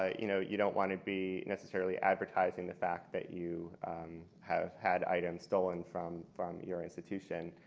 ah you know, you don't want to be necessarily advertising the fact that you have had items stolen from from your institutions.